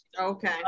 Okay